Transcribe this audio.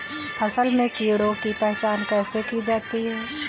फसल में कीड़ों की पहचान कैसे की जाती है?